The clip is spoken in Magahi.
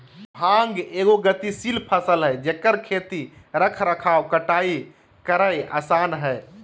भांग एगो गतिशील फसल हइ जेकर खेती रख रखाव कटाई करेय आसन हइ